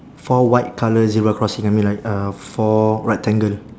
four white colour zebra crossing I mean like uh four rectangle